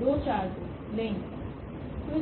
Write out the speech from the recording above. तो इस